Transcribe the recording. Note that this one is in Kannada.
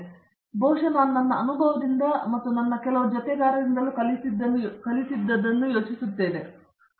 ಆದರೆ ಬಹುಶಃ ನಾನು ನನ್ನ ಅನುಭವದಿಂದ ಮತ್ತು ಕೆಲವು ನನ್ನ ಜೊತೆಗಾರರಿಂದಲೂ ಕಲಿತಿದ್ದನ್ನು ಯೋಚಿಸುತ್ತೇನೆ ಎಂದು ನಾನು ಭಾವಿಸುತ್ತೇನೆ